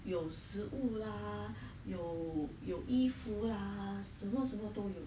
有食物啦有有衣服啦什么什么都有